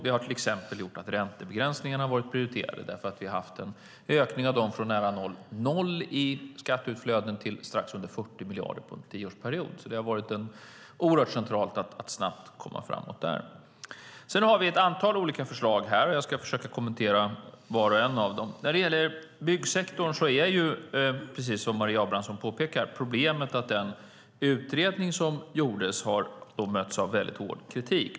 Det har till exempel gjort att räntebegränsningarna har varit prioriterade, därför att vi har haft en ökning av dem från nära noll i skatteutflöden till strax under 40 miljarder på en tioårsperiod. Det har därför varit oerhört centralt att snabbt komma framåt där. Sedan har vi ett antal olika förslag, och jag ska försöka kommentera vart och ett av dem. När det gäller byggsektorn är ju, precis som Maria Abrahamsson påpekar, problemet att den utredning som gjordes har mötts av väldigt hård kritik.